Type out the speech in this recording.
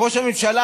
ראש הממשלה,